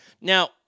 Now